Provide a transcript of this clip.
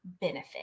benefit